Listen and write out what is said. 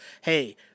hey